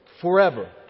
forever